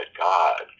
God